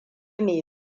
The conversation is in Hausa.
mai